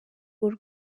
uru